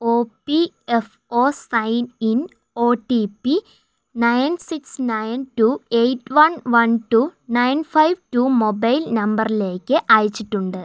O P F O sign in O T P nine six nine two eight one one two nine five two mobile നമ്പറിലേക്ക് അയച്ചിട്ടുണ്ട്